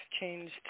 changed